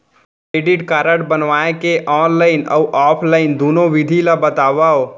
Credit card बनवाए के online अऊ ऑफलाइन दुनो विधि ला बतावव?